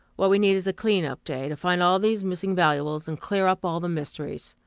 what we need is a clean-up day, to find all these missing valuables, and clear up all the mysteries.